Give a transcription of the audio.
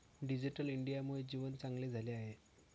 digital इंडियामुळे जीवन चांगले झाले आहे